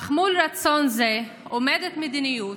אך מול רצון זה עומדת מדיניות,